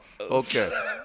Okay